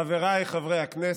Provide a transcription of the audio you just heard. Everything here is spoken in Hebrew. חבריי חברי הכנסת,